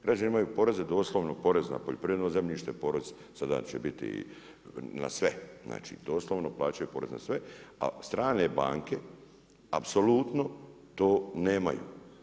Građani imaju poreze doslovno porez na poljoprivredno zemljište, sada će biti na sve znači doslovno plaćaju porez na sve, a strane banke apsolutno to nemaju.